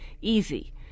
easy